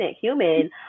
human